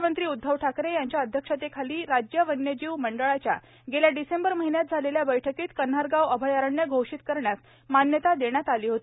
मुख्यमंत्री उद्वव ठाकरे यांच्या अध्यक्षतेखाली राज्य वन्यजीव मंडळाच्या गेल्या डिसेंबर महिन्यात झालेल्या बैठकीत कन्हारगांव अभयारण्य घोषित करण्यास मान्यता देण्यात आली होती